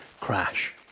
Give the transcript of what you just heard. crash